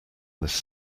this